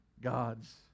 God's